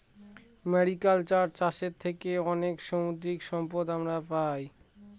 mariculture চাষের থেকে অনেক সামুদ্রিক সম্পদ আমরা পাই